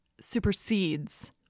supersedes